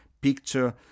picture